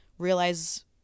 realize